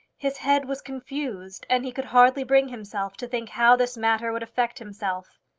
his head was confused, and he could hardly bring himself to think how this matter would affect himself.